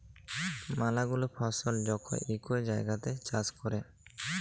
ম্যালা গুলা ফসল যখল ইকই জাগাত চাষ ক্যরে